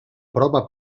prova